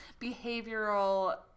behavioral